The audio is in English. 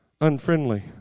unfriendly